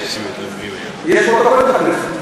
יש פרוטוקול בכנסת.